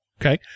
Okay